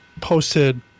posted